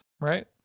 right